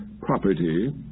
property